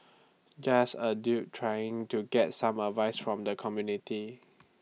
just A dude trying to get some advice from the community